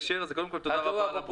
קודם כל תודה רבה על הברכות.